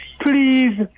please